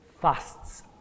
fasts